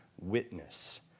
witness